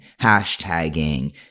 hashtagging